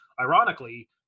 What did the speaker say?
ironically